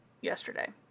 yesterday